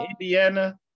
Indiana